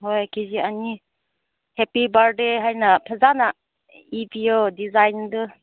ꯍꯣꯏ ꯀꯦ ꯖꯤ ꯑꯅꯤ ꯍꯦꯞꯄꯤ ꯕꯥꯔꯗꯦ ꯍꯥꯏꯅ ꯐꯖꯟꯅ ꯏꯕꯤꯌꯣ ꯗꯤꯖꯥꯏꯟꯗꯣ